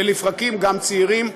ולפרקים גם צעירים,